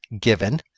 given